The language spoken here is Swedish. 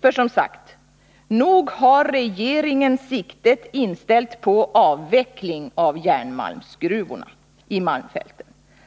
För, som sagt: Nog har regeringen siktet inställt på avveckling av järnmalmsgruvorna i malmfälten.